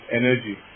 energy